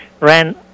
ran